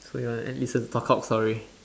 so you want to listen talk out sorry